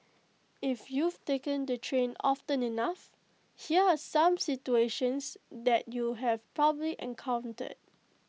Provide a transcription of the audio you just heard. if you've taken the train often enough here are some situations that you'd have probably encountered